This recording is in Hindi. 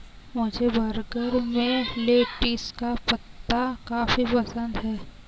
मुझे बर्गर में लेटिस का पत्ता काफी पसंद है